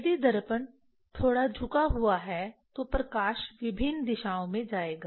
यदि दर्पण थोड़ा झुका हुआ है तो प्रकाश विभिन्न दिशाओं में जाएगा